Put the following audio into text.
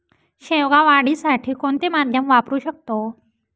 शेवगा वाढीसाठी कोणते माध्यम वापरु शकतो?